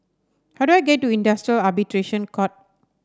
how do I get to Industrial Arbitration Court